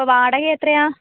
ഇപ്പം വാടക എത്രയാണ്